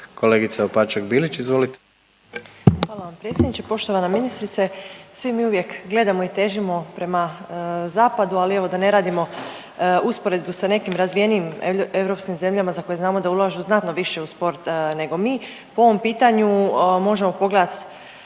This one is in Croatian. **Opačak Bilić, Marina (Nezavisni)** Hvala vam lijepo. Poštovana ministrice, svi mi uvijek gledamo i težimo prema zapadu ali evo da ne radimo usporedbu sa nekim razvijenijim europskim zemljama za koje znamo da ulažu znatno više u sport nego mi po ovom pitanju možemo pogledat